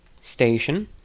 station